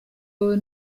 wowe